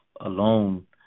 alone